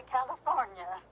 California